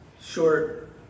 short